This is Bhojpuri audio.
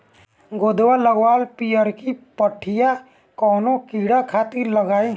गोदवा लगवाल पियरकि पठिया कवने कीड़ा खातिर लगाई?